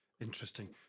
Interesting